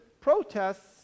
protests